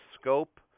scope